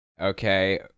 Okay